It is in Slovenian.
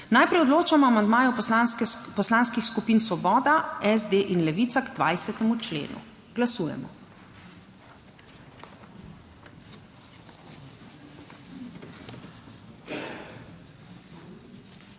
Najprej odločamo o amandmaju poslanskih skupin Svoboda, SD in Levica k 20. členu. Glasujemo.